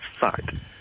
side